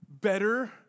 better